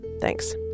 Thanks